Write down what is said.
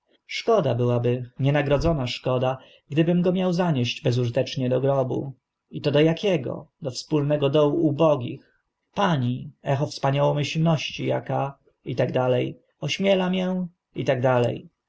szkoda byłaby nie nagrodzona szkoda gdybym go miał zanieść bezużytecznie do grobu i to do akiego do wspólnego dołu ubogich pani echo wspaniałomyślności aka itd ośmiela mię itd tu